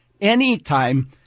anytime